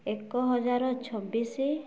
ଏକଜାର ଛବିଶି